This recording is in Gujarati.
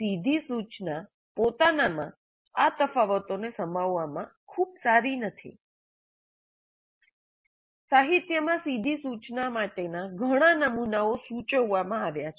સીધી સૂચના પોતાનામાં આ તફાવતોને સમાવવામાં ખૂબ સારી નથી સાહિત્યમાં સીધી સૂચના માટેના ઘણા નમૂનાઓ સૂચવવામાં આવ્યા છે